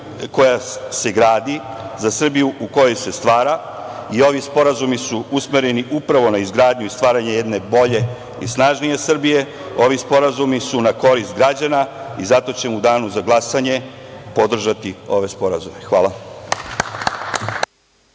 koja se gradi, za Srbiju u kojoj se stvara, i ovi sporazumi su usmereni upravo na izgradnju i stvaranje jedne bolje i snažnije Srbije. Ovi sporazumi su na korist građana, i zato ćemo u danu za glasanje podržati ove sporazume. Hvala.